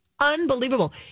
unbelievable